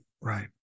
Right